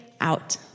out